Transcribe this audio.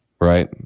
right